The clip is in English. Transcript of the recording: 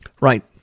Right